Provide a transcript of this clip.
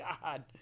God